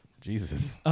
Jesus